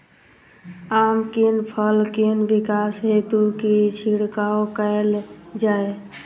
आम केँ फल केँ विकास हेतु की छिड़काव कैल जाए?